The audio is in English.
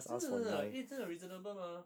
是是是是因为真的 reasonable mah